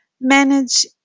manage